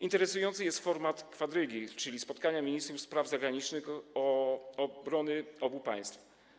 Interesujący jest format kwadrygi, czyli spotkania ministrów spraw zagranicznych obrony obu państw.